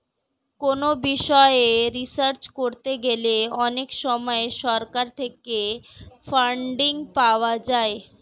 কোনো বিষয়ে রিসার্চ করতে গেলে অনেক সময় সরকার থেকে ফান্ডিং পাওয়া যায়